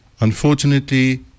Unfortunately